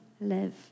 live